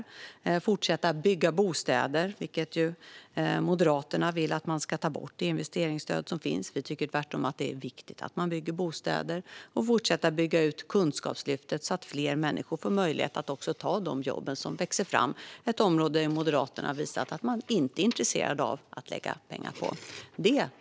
Det handlar om att fortsätta bygga bostäder. Moderaterna vill att man ska ta bort det investeringsstöd som finns. Vi tycker tvärtom att det är viktigt att man bygger bostäder. Det handlar också om att fortsätta bygga ut Kunskapslyftet, så att fler människor får möjlighet att ta de jobb som växer fram. Det är ett område som Moderaterna har visat att de inte är intresserade av att lägga pengar på.